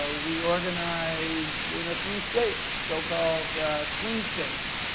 so we organized in a few states, so-called swing states.